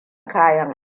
kayan